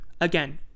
Again